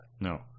No